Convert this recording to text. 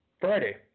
Friday